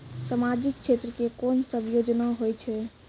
समाजिक क्षेत्र के कोन सब योजना होय छै?